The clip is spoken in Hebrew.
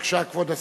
בבקשה, כבוד השר.